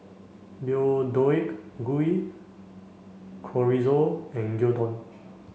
Deodeok Gui Chorizo and Gyudon